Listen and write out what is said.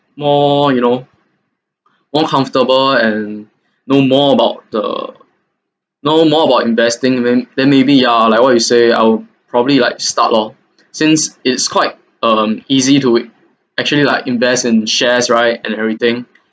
more you know more comfortable and no more about the no more about investing then then maybe ya like what you say I will probably like start lor since it's quite um easy to it actually like invest in shares right and everything